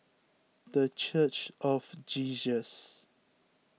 the Church of Jesus